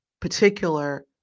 particular